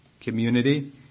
community